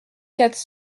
quatre